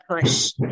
push